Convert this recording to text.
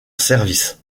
service